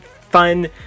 fun